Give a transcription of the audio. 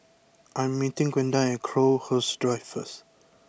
I am meeting Gwenda at Crowhurst Drive first